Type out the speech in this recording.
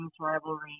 rivalry